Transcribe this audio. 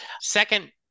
Second